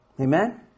Amen